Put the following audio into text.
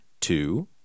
two